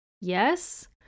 yes